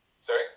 Sorry